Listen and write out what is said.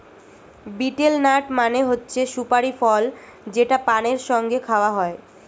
betel nut মানে হচ্ছে সুপারি ফল যেটা পানের সঙ্গে খাওয়া হয়